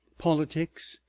politics,